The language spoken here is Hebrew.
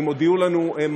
אם עוד יהיו לנו מערכות,